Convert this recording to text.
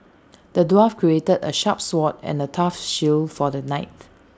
the dwarf crafted A sharp sword and A tough shield for the knight